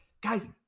Guys